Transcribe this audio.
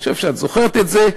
אני חושב שאת זוכרת את זה,